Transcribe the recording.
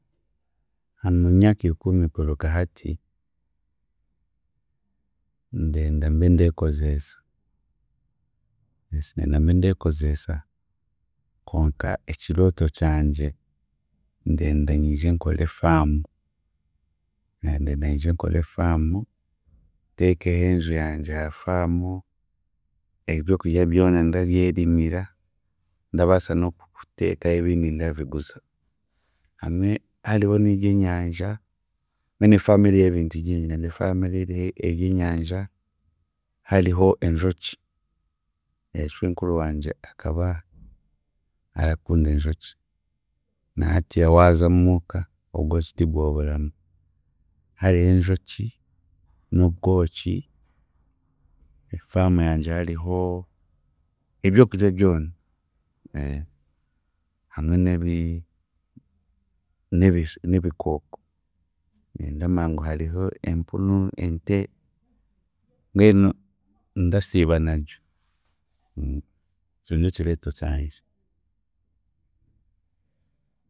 Mu myaka ikumi kuruga hati, ndenda mbe ndeekozeesa se- ndenda mbe ndeekozeesa konka ekirooto kyangye ndenda nyije nkore faamu. Ndenda nyije nkore faamu, nteekeho enju yangye ha faamu, ebyokurya byona ndabyerimira ndabaasa n'okuteekaho ebindi ndabiguza hamwe hariho n'eryenyanja mbwenu efaamu eriho ebintu bingi ndenda efaamu eriho ery'enyanja, hariho enjoki, shwenkuru wangye akaba arakunda enjoki na hatiiya waaza muuka, obwoki ti bwoburamu hariho enjoki, n'obwoki, efaamu yangye hariho ebyokurya byona hamwe n'ebi, n'ebishe n'ebikooko, ndamanya ngu hariho empunu, ente, mbwenu ndasiiba naryo, ekyo nikyo kirooto kyangye.